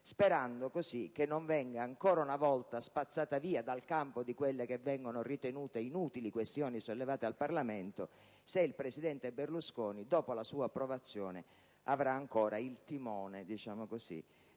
sperando così che non venga ancora una volta spazzata via dal campo di quelle che vengono ritenute inutili questioni sollevate dal Parlamento, se il presidente Berlusconi, dopo la sua approvazione, avrà ancora il timone del Governo